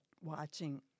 watching